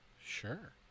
sure